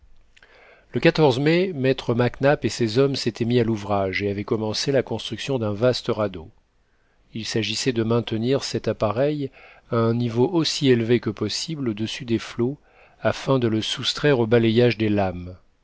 le mai maître mac nap et ses hommes s'étaient mis à l'ouvrage et avaient commencé la construction d'un vaste radeau il s'agissait de maintenir cet appareil à un niveau aussi élevé que possible au-dessus des flots afin de le soustraire au balayage des lames